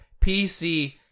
PC